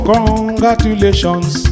Congratulations